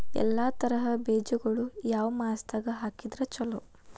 ಎಲ್ಲಾ ತರದ ಬೇಜಗೊಳು ಯಾವ ಮಾಸದಾಗ್ ಹಾಕಿದ್ರ ಛಲೋ?